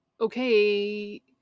okay